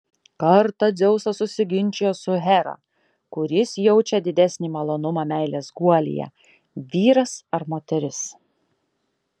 kartą dzeusas susiginčijo su hera kuris jaučia didesnį malonumą meilės guolyje vyras ar moteris